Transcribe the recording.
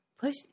push